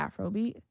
Afrobeat